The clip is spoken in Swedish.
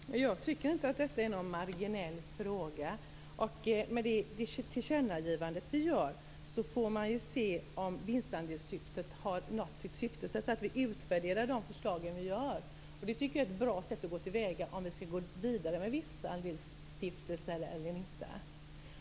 Herr talman! Jag tycker inte att detta är någon marginell fråga. Med det tillkännagivande vi gör får man se om vinstandelssystemet har nått sitt syfte. Vi måste alltså utvärdera de förslag vi lägger fram. Det tycker jag är ett bra sätt att gå till väga för att bestämma om vi skall vidare med vinstandelsstiftelser eller inte.